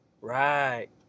Right